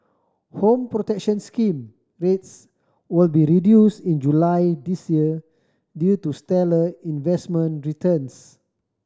Home Protection Scheme rates will be reduced in July this year due to stellar investment returns